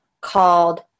called